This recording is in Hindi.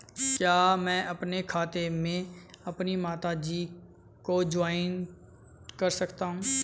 क्या मैं अपने खाते में अपनी माता जी को जॉइंट कर सकता हूँ?